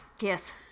Yes